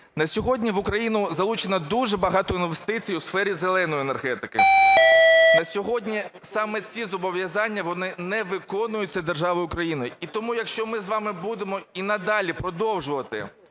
На сьогодні в Україну залучено дуже багато інвестицій у сфері зеленої енергетики. На сьогодні саме ці зобов'язання, вони не виконуються державою Україна. І тому, якщо ми з вами будемо і надалі продовжувати